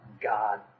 God